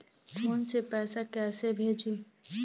Phone से पैसा कैसे भेजी?